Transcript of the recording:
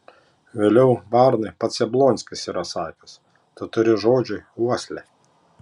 vėliau varnui pats jablonskis yra sakęs tu turi žodžiui uoslę